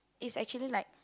it's actually like